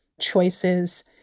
choices